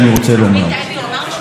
עכשיו זה כבר שלושה,